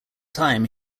time